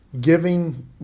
giving